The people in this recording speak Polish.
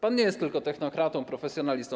Pan nie jest tylko technokratą, profesjonalistą.